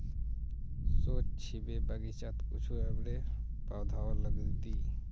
सोच छि जे बगीचात कुछू रबरेर पौधाओ लगइ दी